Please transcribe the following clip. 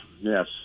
yes